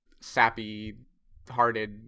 sappy-hearted